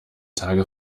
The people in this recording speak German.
tage